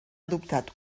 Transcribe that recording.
adoptat